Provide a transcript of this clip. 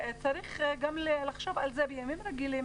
צריך לחשוב על זה גם בימים רגילים